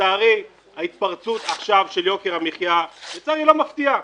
לצערי ההתפרצות עכשיו של יוקר המחיה היא לא מפתיעה.